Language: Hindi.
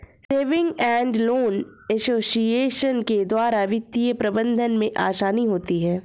सेविंग एंड लोन एसोसिएशन के द्वारा वित्तीय प्रबंधन में आसानी होती है